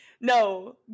No